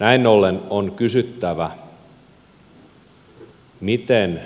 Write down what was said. näin ollen on kysyttävä miten